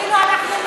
לא יפה,